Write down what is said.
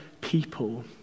people